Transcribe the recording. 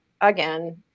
again